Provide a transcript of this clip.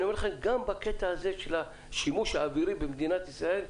אני אומר לכם שגם בקטע הזה של השימוש האווירי במדינת ישראל,